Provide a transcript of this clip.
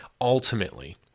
ultimately